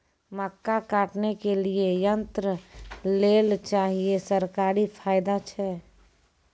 मक्का काटने के लिए यंत्र लेल चाहिए सरकारी फायदा छ?